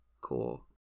cool